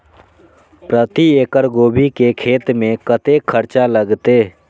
प्रति एकड़ गोभी के खेत में कतेक खर्चा लगते?